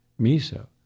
miso